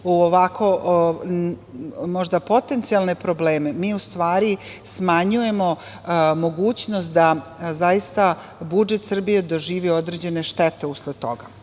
u ovako, možda potencijalne probleme, mi u stvari smanjujemo mogućnost da zaista budžet Srbije doživi određene štete usled